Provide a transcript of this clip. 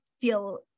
feel